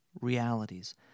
realities